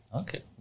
Okay